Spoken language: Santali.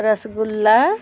ᱨᱚᱥᱚᱜᱳᱞᱞᱟ